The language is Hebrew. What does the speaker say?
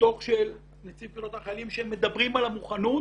הדוח של נציב קבילות החיילים שמדברים על המוכנות,